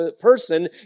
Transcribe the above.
person